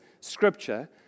scripture